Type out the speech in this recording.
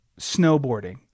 snowboarding